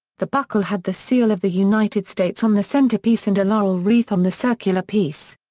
the buckle had the seal of the united states on the center piece and a laurel wreath on the circular piece.